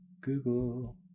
google